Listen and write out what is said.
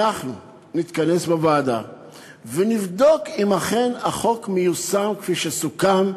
אנחנו נתכנס בוועדה ונבדוק אם אכן החוק מיושם כפי שסוכם,